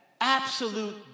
absolute